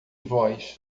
voz